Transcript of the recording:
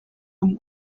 mvune